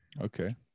Okay